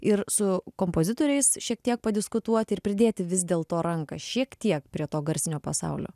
ir su kompozitoriais šiek tiek padiskutuoti ir pridėti vis dėlto ranką šiek tiek prie to garsinio pasaulio